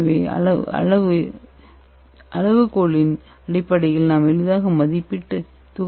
எனவே அளவுகோலின் அடிப்படையில் நாம் எளிதாக மதிப்பிட்டு துகள் அளவைக் கணக்கிடுகிறோம்